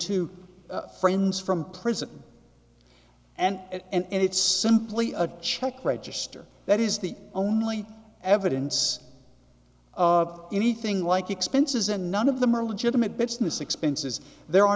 two friends from prison and it's simply a check register that is the only evidence of anything like expenses and none of them are legitimate business expenses there are